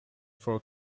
for